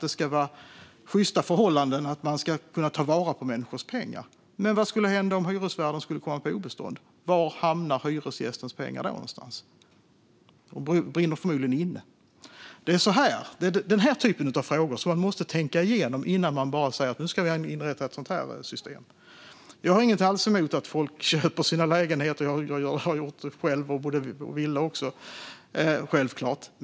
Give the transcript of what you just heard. Det ska vara sjysta förhållanden, och man ska kunna ta vara på människors pengar. Men vad skulle hända om hyresvärden kom på obestånd? Var hamnar hyresgästens pengar då? De brinner förmodligen inne. Det är denna typ av frågor man måste tänka igenom innan man bara säger att man ska inrätta ett sådant här system. Jag har självklart inget alls emot att folk köper sina lägenheter. Jag har gjort det själv, och även köpt villa.